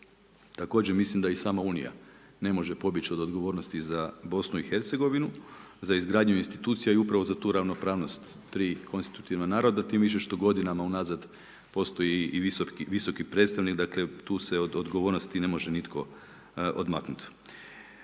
Također mislim da i sama unija ne može pobjeći od odgovornosti za BiH, za izgradnju institucija i upravo za ravnopravnost tri konstruktivna naroda tim više što godina unazad postoji i visoki predstavnik, dakle tu se od odgovornosti ne može nitko odmaknut.